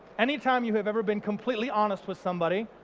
anytime you have ever been completely honest with somebody,